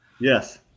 Yes